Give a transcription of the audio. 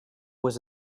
was